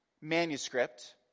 manuscript